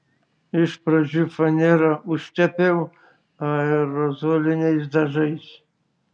iš pradžių fanerą užtepiau aerozoliniais dažais